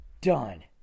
done